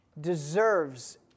deserves